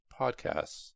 podcasts